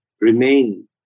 remain